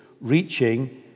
reaching